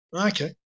Okay